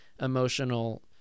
emotional